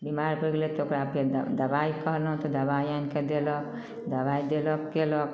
बीमार पड़ि गेल तऽ ओकरा फेन दबाइ कहलहुँ तऽ दबाइ आनि कऽ देलक दबाइ देलक कयलक